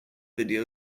video